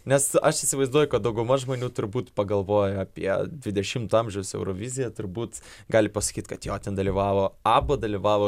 nes aš įsivaizduoju kad dauguma žmonių turbūt pagalvoja apie dvidešimto amžiaus euroviziją turbūt gali pasakyt kad jo ten dalyvavo abba dalyvavo